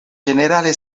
ĝenerale